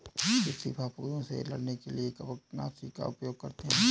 कृषि फफूदों से लड़ने के लिए कवकनाशी का उपयोग करते हैं